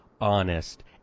honest